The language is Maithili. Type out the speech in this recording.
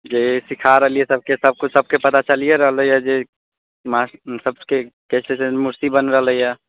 जी सिखा रहली है सभके किछु सभके पता चलिए रहलै है जे मा सभके कैसे मूर्ति बनि रहलै है